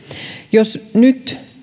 jos nyt